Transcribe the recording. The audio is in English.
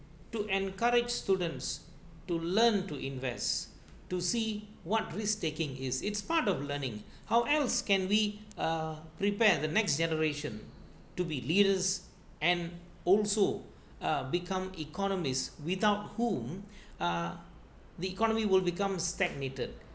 to encourage students to learn to invest to see what risk taking it's it's part of learning how else can we uh prepare the next generation to be leaders and also uh become economists without whom uh the economy will become stagnated